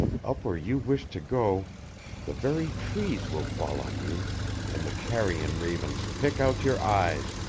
up where you wish to go the very trees will fall on you and the carrion ravens pick, out your eyes!